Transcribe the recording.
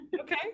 Okay